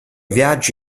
viaggi